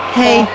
hey